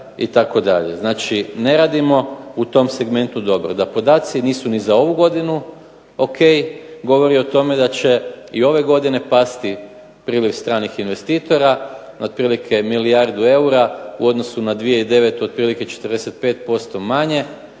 rasta itd. Znači ne radimo u tom segmentu dobro. Da podaci nisu ni za ovu godinu ok govori o tome da će ove godine pasti priliv stranih investitora otprilike milijardu eura u odnosu na 2009. otprilike 45% manje,